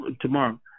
tomorrow